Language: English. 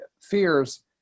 fears